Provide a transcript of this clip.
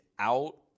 out